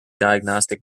diagnostic